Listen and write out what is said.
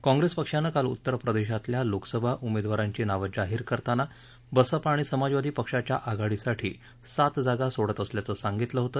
काँग्रेस पक्षानं काल उत्तर प्रदेशातल्या लोकसभा उमेदवारांची नावं जाहीर करताना बसपा आणि समाजवादी पक्षाच्या आघाडीसाठी सात जागा सोडत असल्याचं सांगितलं होतं